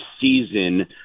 season